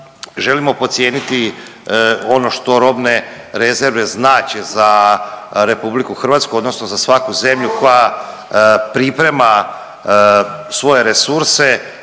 želimo podcijeniti ono što robne rezerve znače za RH odnosno za svaku zemlju koja priprema svoje resurse